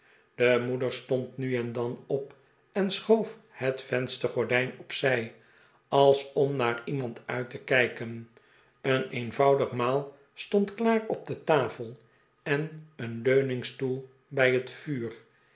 de moeder stond nu en dan op eh schoof het venstergordijn op zij als om naar iemand uit te kijken een eenvoudig maal stond klaar op de tafel en een leuningstoel bij het vuur